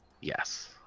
Yes